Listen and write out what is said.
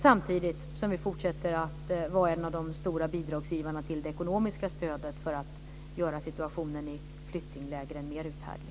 Samtidigt ska vi fortsätta att vara en av de stora bidragsgivarna när det gäller det ekonomiska stödet för att göra situationen i flyktinglägren mer uthärdlig.